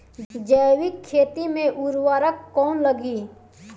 जैविक खेती मे उर्वरक कौन लागी?